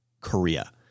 Korea